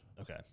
Okay